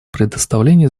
предоставление